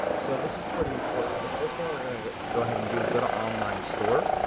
so this is pretty important. so the first thing we're gonna go ahead and do is go to online store,